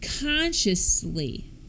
Consciously